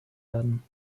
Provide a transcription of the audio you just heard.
werden